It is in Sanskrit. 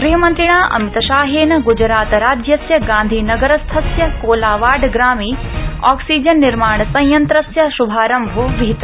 गृहमन्त्रिणा अमितशाहेन गुजरातराज्यस्य गांधीनगरस्थस्य कोलावाडाग्रामे ऑक्सीजन निर्माण संयंत्रस्य श्भारम्भो विहित